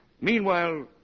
Meanwhile